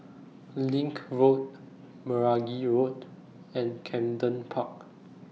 LINK Road Meragi Road and Camden Park